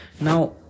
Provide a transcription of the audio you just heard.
Now